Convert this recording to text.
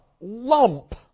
lump